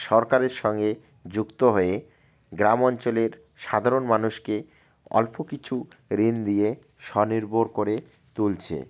সরকারের সঙ্গে যুক্ত হয়ে গ্রাম অঞ্চলের সাধারণ মানুষকে অল্প কিছু ঋণ দিয়ে স্বনির্ভর করে তুলছে